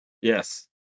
yes